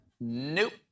Nope